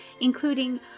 including